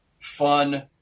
fun